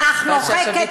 יפעת שאשא ביטון,